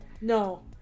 No